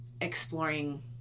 exploring